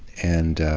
and,